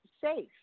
safe